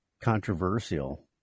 controversial